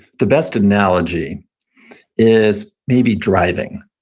the best analogy is maybe driving.